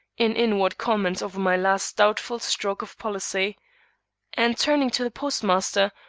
in inward comment over my last doubtful stroke of policy and turning to the postmaster,